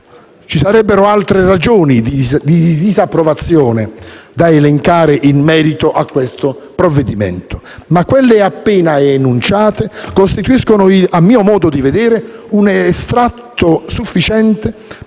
Ci sarebbero altre ragioni di disapprovazione da elencare in merito a questo provvedimento, ma quelle appena enunciate costituiscono, a mio modo di vedere, un estratto sufficiente